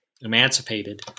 emancipated